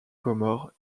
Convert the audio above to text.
comore